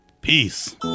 Peace